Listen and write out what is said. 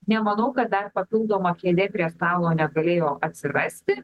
nemanau kad dar papildoma kėdė prie stalo negalėjo atsirasti